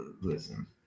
listen